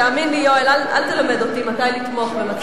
תאמין לי, יואל, אל תלמד אותי מתי לתמוך ומתי לא.